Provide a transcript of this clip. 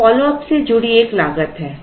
तो फॉलोअप से जुड़ी एक लागत है